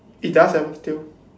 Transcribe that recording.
it does have a tail